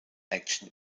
action